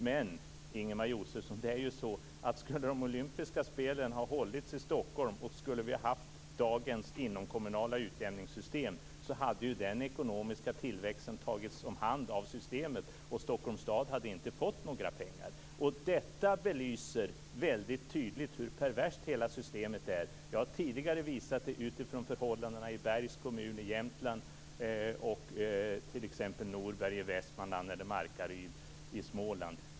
Men, Ingemar Josefsson: Skulle de olympiska spelen ha hållits i Stockholm och vi hade haft dagens inomkommunala utjämningssystem hade ju den ekonomiska tillväxten tagits om hand av systemet och Stockholms stad hade inte fått några pengar. Detta belyser väldigt tydligt hur perverst hela systemet är. Jag har tidigare visat det utifrån förhållandena i Bergs kommun i Jämtland, Norberg i Västmanland och Markaryd i Småland.